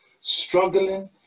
struggling